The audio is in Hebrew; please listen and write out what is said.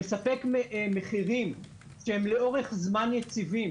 שמספק מחירים שהם לאורך זמן יציבים,